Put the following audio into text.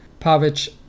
Pavic